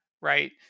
right